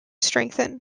strengthen